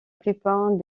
plupart